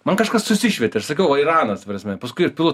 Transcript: man kažkas susišvietė aš sakau airanas ta prasme paskui pilu